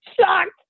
shocked